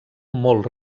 molt